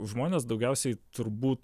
žmonės daugiausiai turbūt